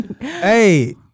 Hey